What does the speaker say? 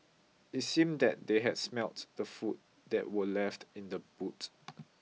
it seemed that they had smelt the food that were left in the boot